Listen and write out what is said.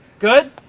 good!